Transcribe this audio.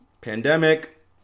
pandemic